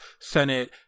Senate